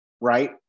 right